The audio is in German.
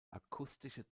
akustische